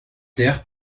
terre